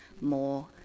more